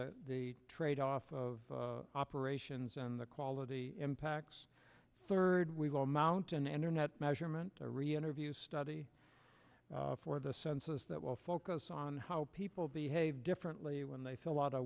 the trade off of operations and the quality impacts third we've all mountain internet measurement reinterview study for the census that will focus on how people behave differently when they fill out a